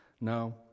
no